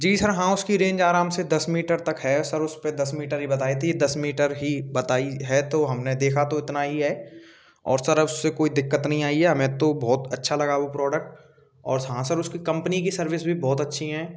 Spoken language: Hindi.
जी सर हाँ उसकी रेंज आराम से दस मीटर तक है सर उसपे दस मीटर ही बताई थी दस मीटर ही बताई है तो हमने देखा तो इतना ही है और सर अब उससे कोई दिक्कत नहीं आई है हमें तो बहुत अच्छा लगा वो प्रोडक्ट और हाँ सर उसकी कम्पनी की सर्विस भी बहुत अच्छी हैं